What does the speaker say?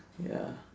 ya